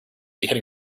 heading